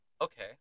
Okay